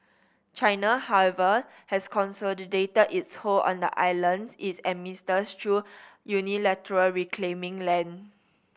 China however has consolidated its hold on the islands it administers through unilaterally reclaiming land